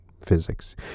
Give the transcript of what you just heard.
physics